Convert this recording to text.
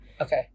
Okay